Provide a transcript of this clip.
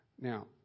Now